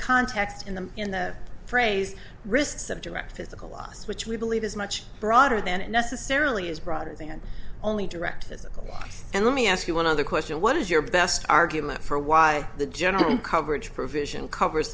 context in the in the phrase risks of direct physical laws which we believe is much broader then it necessarily is broader than only direct physical law and let me ask you one other question what is your best argument for why the general coverage provision covers